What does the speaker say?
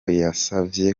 yasavye